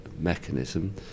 mechanism